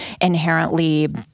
inherently